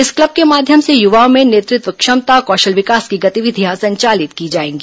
इस क्लब के माध्यम से युवाओं में नेतृत्व क्षमता कौशल विकास की गतिविधियां संचालित की जाएगी